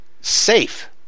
safe